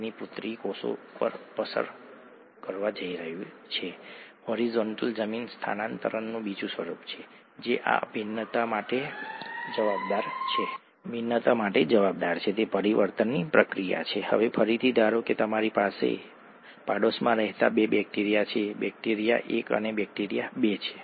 તેનો એક નાનો ભાગ હાઇડ્રોનિયમ આયન H3O અને હાઇડ્રોક્સાઇડ OHમાં કોઇ પણ સમયે આયનીકરણ પામે છે ઠીક છે